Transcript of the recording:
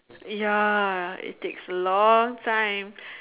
ya it takes a long time